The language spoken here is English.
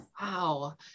Wow